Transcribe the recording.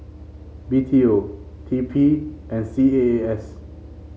B T O T P and C A A S